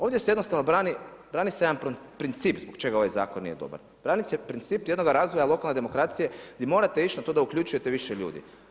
Ovdje se jednostavno brani, brani se jedan princip zbog čega ovaj zakon nije dobar, brani se princip jednoga razvoja lokalne demokracije gdje morate ići na to da uključujete više ljudi.